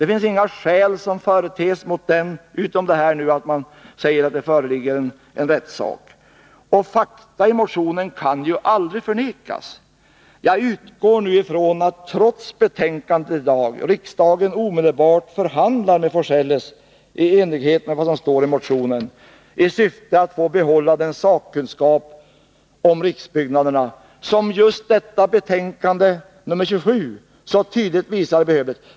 Inga skäl företes mot den — utom att man säger att det föreligger en rättssak. Fakta i motionen kan aldrig förnekas. Jag utgår nu ifrån, trots betänkandet i dag, att riksdagen omedelbart förhandlar med Olof af Forselles i enlighet med vad som står i motionen, i syfte att få behålla den sakkunskap om riksbyggnaderna som just detta betänkande nr 27 så tydligt visar är behövlig.